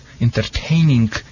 entertaining